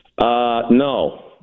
No